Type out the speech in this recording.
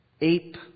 ape